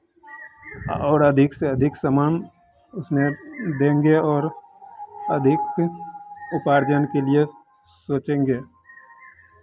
और अधिक से अधिक सामान उसमें देंगे और अधिक उपार्जन के लिए सोचेंगे